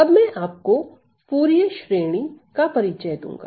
अब मैं आप को फूरिये श्रेणी का परिचय दूंगा